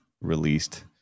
released